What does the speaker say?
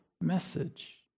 message